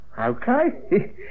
Okay